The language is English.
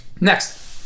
Next